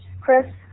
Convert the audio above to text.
Chris